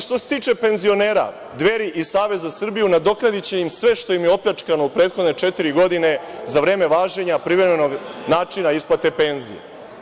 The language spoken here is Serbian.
Što se tiče penzionera, Dveri i Savez za Srbiju nadoknadiće im sve što im je opljačkano u prethodne četiri godine za vreme važenja privremenog načina isplate penzija.